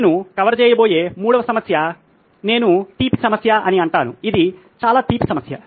నేను కవర్ చేయబోయే 3 వ సమస్య నేను తీపి సమస్య అని అంటాను ఇది చాలా తీపి సమస్య